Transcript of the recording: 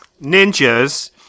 Ninjas